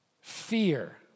fear